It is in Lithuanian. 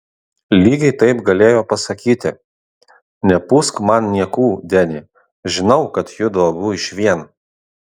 lygiai taip galėjo pasakyti nepūsk man niekų deni žinau kad judu abu išvien